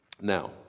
Now